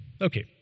Okay